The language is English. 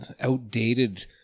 outdated